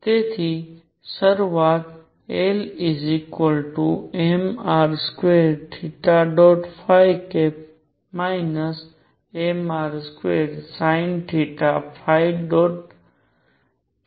તેથી શરૂઆત L mr2 mr2sinθ થી કરીએ